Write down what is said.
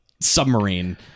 submarine